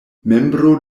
membro